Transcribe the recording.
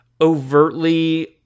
overtly